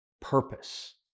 purpose